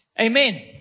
Amen